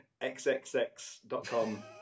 xxx.com